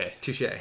Touche